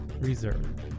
reserved